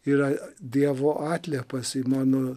yra dievo atliepas į mano